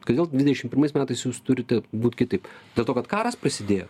kodėl dvidešim pirmais metais jūs turite būt kitaip dėl to kad karas prasidėjo